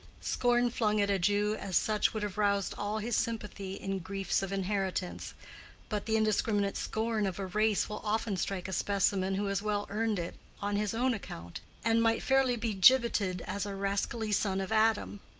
scorn flung at a jew as such would have roused all his sympathy in griefs of inheritance but the indiscriminate scorn of a race will often strike a specimen who has well earned it on his own account, and might fairly be gibbeted as a rascally son of adam.